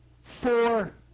four